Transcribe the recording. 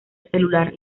celular